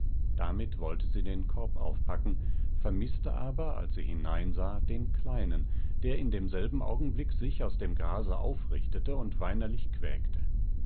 damit wollte sie den korb aufpacken vermißte aber als sie hineinsah den kleinen der in demselben augenblick sich aus dem grase auf richtete und weinerlich quäkte